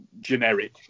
generic